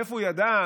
מאיפה הוא ידע,